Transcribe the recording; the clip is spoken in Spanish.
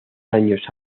años